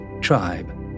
tribe